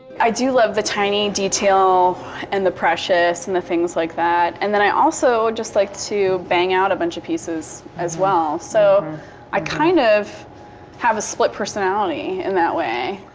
i do love the tiny detail and the precious and the things like that. and then i also just like to bang out a bunch of pieces as well, so i kind of have a split personality in that way.